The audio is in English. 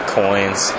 coins